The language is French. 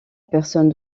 personne